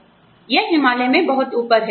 यह एक आपको पता है यह हिमालय में बहुत ऊपर है